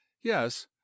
yes